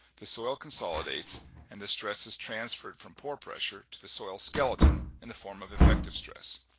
the soil consolidates and the stress is transferred from pore pressure to the soil skeleton in the form of effective stress.